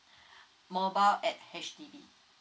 mobile at H_D_B